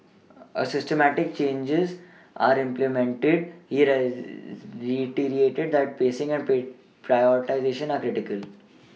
as systemic changes are implemented he reiterated that pacing and prioritisation are critical